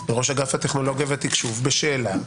לראש אגף טכנולוגיה ותקשוב בשאלה,